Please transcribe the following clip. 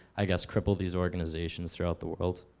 i guess, cripple these organizations throughout the world?